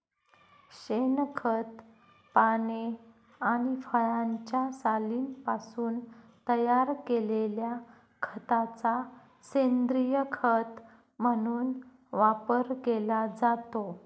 शेणखत, पाने आणि फळांच्या सालींपासून तयार केलेल्या खताचा सेंद्रीय खत म्हणून वापर केला जातो